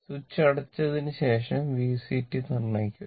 switch അടച്ചതിനുശേഷം Vc നിർണ്ണയിക്കുക